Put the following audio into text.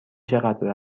چقدر